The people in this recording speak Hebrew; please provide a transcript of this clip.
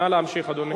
נא להמשיך, אדוני.